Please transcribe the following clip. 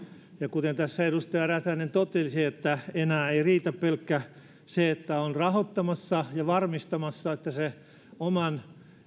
kuten tässä edustaja räsänen totesi enää ei riitä pelkästään se että on rahoittamassa ja varmistamassa että oman